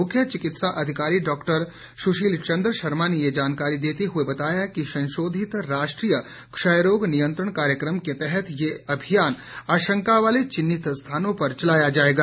मुख्य चिकित्सा अधिकारी डॉक्टर सुशील चन्द्र शर्मा ने ये जानकारी देते हुए बताया कि संशोधित राष्ट्र ीय क्षयरोग नियंत्रण कार्यक्र म के तहत ये अभियान आशंका वाले चिन्हित स्थानों पर चलाया जाएगा